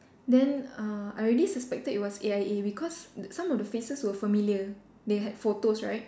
then uh I already suspected it was A_I_A because some of the faces were familiar they had photos right